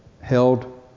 held